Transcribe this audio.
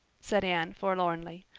said anne forlornly.